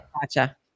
gotcha